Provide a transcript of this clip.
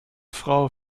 frau